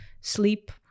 sleep